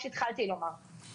כפי שהתחלתי לומר,